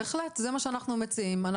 בהחלט, זה מה שאנחנו מציעים.